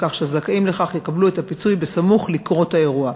כך שהזכאים לכך יקבלו את הפיצוי סמוך לקרות האירוע.